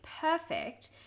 perfect